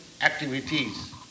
activities